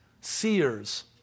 seers